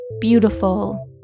beautiful